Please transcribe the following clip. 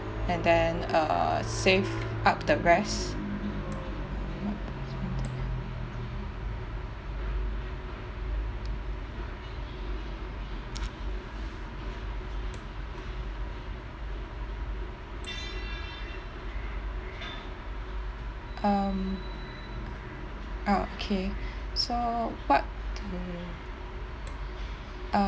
and then uh save up the rest um okay so what to